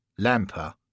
Lamper